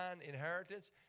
inheritance